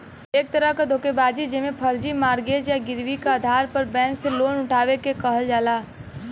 एक तरह क धोखेबाजी जेमे फर्जी मॉर्गेज या गिरवी क आधार पर बैंक से लोन उठावे क कहल जाला